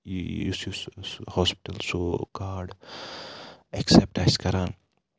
یُس یُس ہاسپِٹل سُہ کارڈ ایٚکسیپٹ آسہِ کران